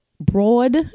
broad